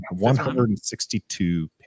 162